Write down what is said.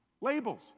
Labels